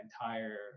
entire